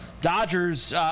Dodgers –